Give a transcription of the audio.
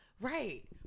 Right